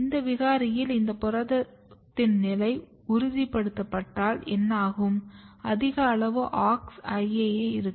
இந்த விகாரியில் இந்த புரதத்தின் நிலை உறுதிப்படுத்தப்பட்டால் என்ன ஆகும் அதிக அளவு AuxIAA இருக்கும்